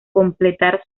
completar